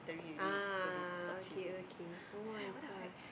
ah okay okay [oh]-my-god